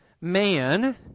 man